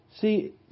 See